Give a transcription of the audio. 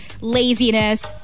laziness